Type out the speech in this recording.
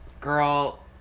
girl